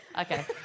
Okay